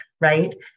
right